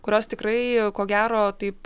kurios tikrai ko gero taip